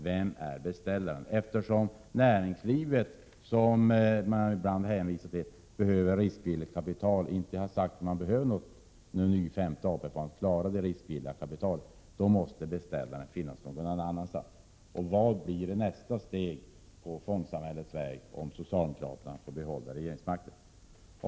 Det hänvisas ibland till att näringslivet behöver riskvilligt kapital, men från näringslivet har ju inte uttalats att man behöver en ny AP-fond för att klara den uppgiften, och därför måste beställaren finnas på något annat håll. Vilket blir nästa steg på fondsamhäl lets väg, om socialdemokraterna får behålla regeringsmakten? Fru talman!